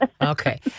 Okay